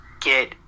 get